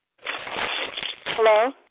Hello